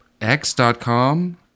x.com